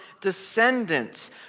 descendants